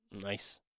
Nice